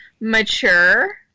mature